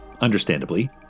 understandably